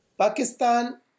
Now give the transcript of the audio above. Pakistan